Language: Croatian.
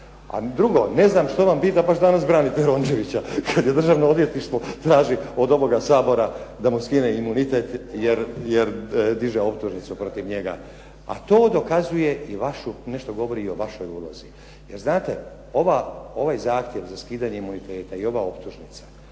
A drugo, ne znam što vam bi da baš danas branite Rončevića kad Državno odvjetništvo traži od ovoga Sabora da mu skine imunitet jer diže optužnicu protiv njega. A to dokazuje, nešto govori i o vašoj ulozi. Jer znate, ovaj zahtjev za skidanje imuniteta i ova optužnica,